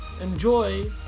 enjoy